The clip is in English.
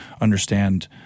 understand